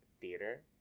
theater